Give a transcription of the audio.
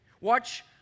watch